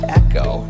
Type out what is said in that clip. echo